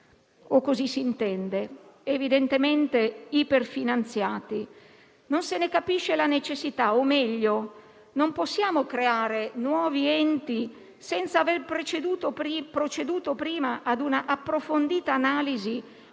o così si intende - verosimilmente iperfinanziati. Non se ne capisce la necessità o, meglio, non possiamo creare nuovi enti senza aver proceduto prima ad una approfondita analisi